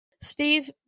Steve